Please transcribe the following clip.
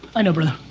i know brother.